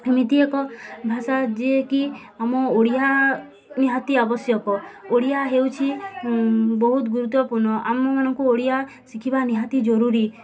ଏମିତି ଏକ ଭାଷା ଯିଏକି ଆମ ଓଡ଼ିଆ ନିହାତି ଆବଶ୍ୟକ ଓଡ଼ିଆ ହେଉଛି ବହୁତ ଗୁରୁତ୍ୱପୂର୍ଣ୍ଣ ଆମମାନଙ୍କୁ ଓଡ଼ିଆ ଶିଖିବା ନିହାତି ଜରୁରୀ